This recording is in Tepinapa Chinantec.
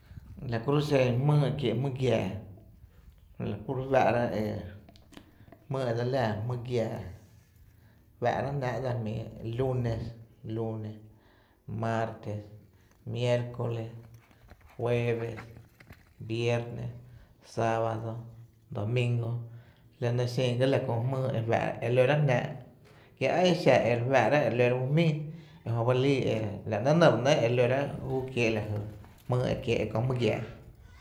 La kuro’ xen jmýy e kiee’ jmý giaa jmýy e dseli laa jmý giaa fá’rá’ jnáá’ dsa jmíi lunes lunes, martes, miércoles, jueves, viernes, sábado, domingo l nɇ xen ga la kö jmýy e fá’ e lóra’ jnáá’ kie a exa e re fáá’rá’ e re lórá’ ju jmíi e jöba e lii e la ‘nɇ¿e nɇ ba e lóráá’ júu kiee’ la jy jmýy kiee’ la kö jmý giaa.